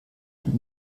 und